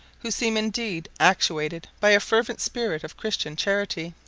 who seem indeed actuated by a fervent spirit of christian charity.